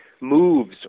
moves